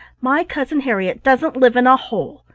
my cousin harriett doesn't live in a hole!